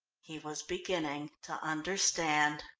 he was beginning to understand.